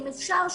אם אפשר,